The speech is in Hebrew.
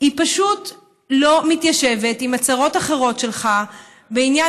פשוט לא מתיישבת עם הצהרות אחרות שלך בעניין